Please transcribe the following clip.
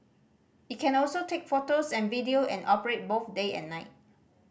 it can also take photos and video and operate both day and night